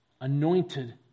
anointed